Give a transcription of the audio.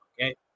Okay